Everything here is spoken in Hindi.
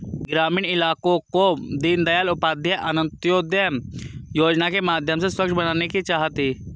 ग्रामीण इलाकों को दीनदयाल उपाध्याय अंत्योदय योजना के माध्यम से स्वच्छ बनाने की चाह थी